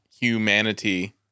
Humanity